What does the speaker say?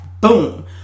boom